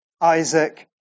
Isaac